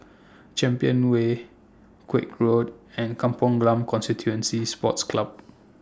Champion Way Koek Road and Kampong Glam Constituency Sports Club